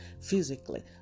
physically